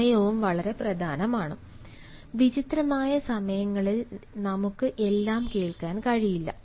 സമയവും വളരെ പ്രധാനമാണ് വിചിത്രമായ സമയങ്ങളിൽ നമുക്ക് എല്ലാം കേൾക്കാൻ കഴിയില്ല